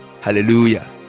hallelujah